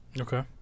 Okay